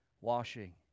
washing